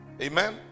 Amen